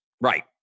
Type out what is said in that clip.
right